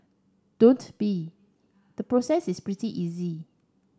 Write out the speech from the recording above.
don't be the process is pretty easy